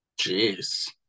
Jeez